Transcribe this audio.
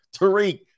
Tariq